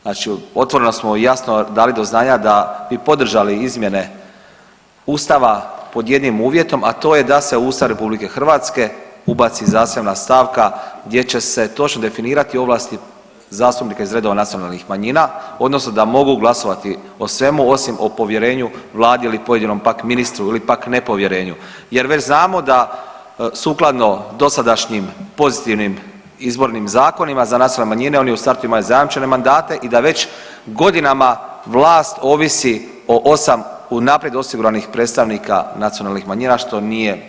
Znači otvoreno smo i jasno dali do znanja da bi podržali izmjene Ustava pod jednim uvjetom, a to je da se u Ustav RH ubaci zasebna stavka gdje će se točno definirati ovlasti zastupnika iz redova nacionalnih manjina odnosno da mogu glasovati o svemu osim o povjerenju vladi ili pojedinom pak ministru ili pak nepovjerenju jer već znamo da sukladno dosadašnjim pozitivnim izbornim zakonima za nacionalne manjine oni u startu imaju zajamčene mandate i da već godinama vlast ovisi o 8 unaprijed osiguranih predstavnika nacionalnih manjina što nije prihvatljivo.